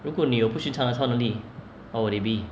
如果你有不寻常的超能力 what would it be